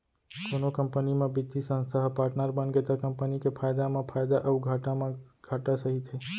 कोनो कंपनी म बित्तीय संस्था ह पाटनर बनगे त कंपनी के फायदा म फायदा अउ घाटा म घाटा सहिथे